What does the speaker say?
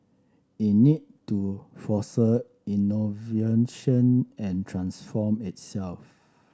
it need to innovation and transform itself